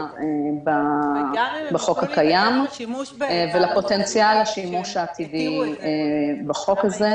בחוק הקיים ולפוטנציאל השימוש העתידי בחוק הזה.